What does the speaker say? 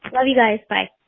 love you guys. bye